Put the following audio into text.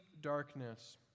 darkness